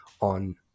on